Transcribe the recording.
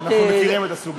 אנחנו מכירים את הסוגיה.